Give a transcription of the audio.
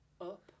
Up